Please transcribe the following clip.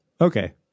Okay